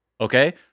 Okay